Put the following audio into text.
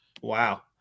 wow